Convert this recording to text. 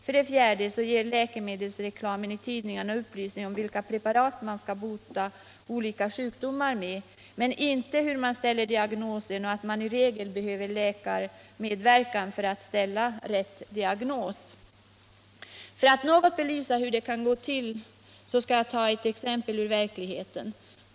För det fjärde ger läkemedelsreklamen i tidningarna upplysning om vilka preparat man skall kunna bota olika sjukdomar med men däremot inte någon upplysning om hur man skall ställa diagnosen eller att det i regel behövs även läkares medverkan för att ställa rätt diagnos. För att något belysa hur det kan gå till skall jag ta ett exempel ur verkligheten.